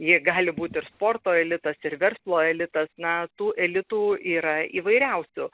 jie gali būt ir sporto elitas ir verslo elitas na tų elitų yra įvairiausių